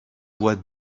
voix